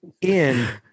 in-